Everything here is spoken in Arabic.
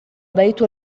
بيت